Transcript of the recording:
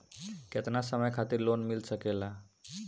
केतना समय खातिर लोन मिल सकेला?